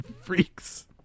Freaks